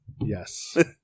yes